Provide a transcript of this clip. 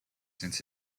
since